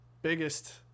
biggest